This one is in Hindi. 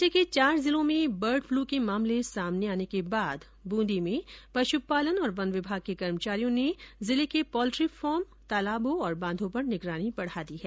राज्य के चार जिलों में बर्ड फ्लू के मामले सामने आने के बाद बूंदी में पशुपालन और वन विभाग के कर्मचारियों ने जिले के पोल्ट्री फार्म तालाबों और बांधों पर निगरानी बढ़ा दी है